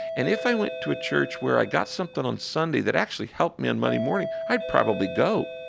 and if i went to a church where i got something on sunday that actually helped me on monday morning, i'd probably go